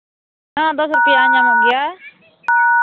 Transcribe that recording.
ᱦᱮᱸ ᱫᱚᱥ ᱨᱩᱯᱤᱭᱟ ᱧᱟᱢᱚᱜ ᱜᱮᱭᱟ